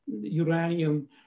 uranium